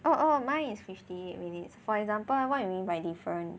oh oh mine is fifty minutes for example what you mean by different